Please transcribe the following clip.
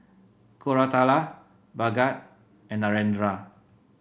Koratala Bhagat and Narendra